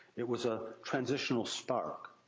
it was a transitional spark,